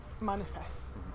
manifests